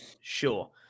Sure